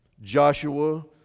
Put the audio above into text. Joshua